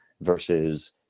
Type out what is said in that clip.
versus